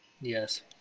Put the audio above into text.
yes